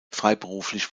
freiberuflich